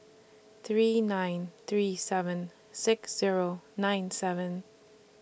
three nine three seven six Zero nine seven